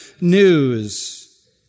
news